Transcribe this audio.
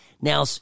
Now